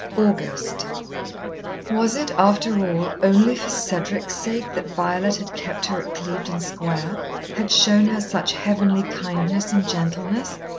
august was it, after all, only for cedric's sake that violet had kept her at clevedon square had shown her such heavenly kindness and gentleness?